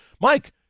mike